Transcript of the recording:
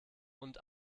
und